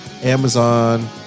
Amazon